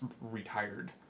retired